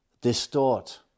distort